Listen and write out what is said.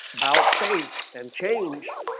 about-face and change